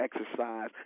exercise